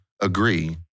agree